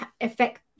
affect